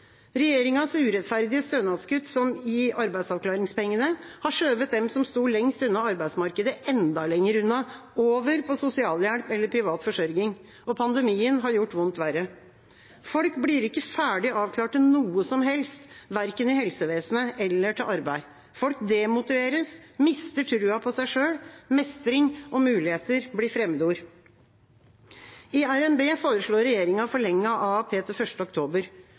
Regjeringas urettferdige stønadskutt, som i arbeidsavklaringspengene, har skjøvet dem som sto lengst unna arbeidsmarkedet, enda lenger unna, over på sosialhjelp eller privat forsørging. Og pandemien har gjort vondt verre. Folk blir ikke ferdig avklart til noe som helst, verken i helsevesenet eller til arbeid. Folk demotiveres og mister troa på seg selv. Mestring og muligheter blir fremmedord. I RNB foreslår regjeringa forlenget AAP til 1. oktober.